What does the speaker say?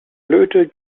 flöte